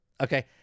Okay